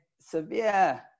severe